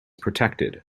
protected